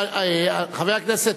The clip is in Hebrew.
חבר הכנסת,